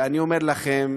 אני אומר לכם,